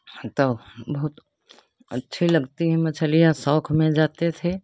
तब बहुत अच्छी लगती हैं मछलियाँ शौक में जाते थे